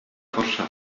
força